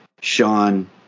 Sean